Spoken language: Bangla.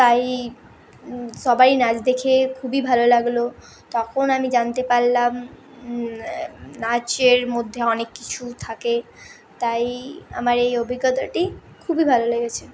তাই সবাই নাচ দেখে খুবই ভালো লাগল তখন আমি জানতে পারলাম নাচের মধ্যে অনেক কিছু থাকে তাই আমার এই অভিজ্ঞতাটি খুবই ভালো লেগেছে